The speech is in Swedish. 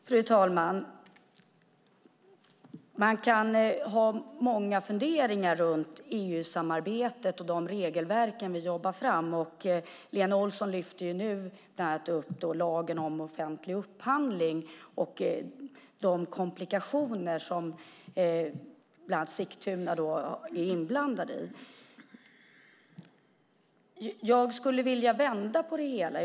Fru talman! Man kan ha många funderingar runt EU-samarbetet och de regelverk vi jobbar fram. Lena Olsson lyfter nu bland annat fram lagen om offentlig upphandling och de komplikationer som bland annat Sigtuna kommun är inblandad i. Jag skulle vilja vända på det hela.